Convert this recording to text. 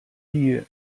die